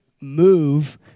move